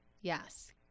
Yes